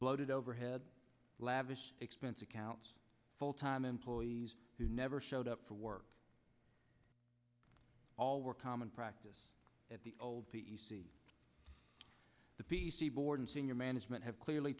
bloated overhead lavish expense accounts full time employees who never showed up for work all were common practice at the old p c the p c board and senior management have clearly